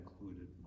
included